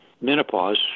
menopause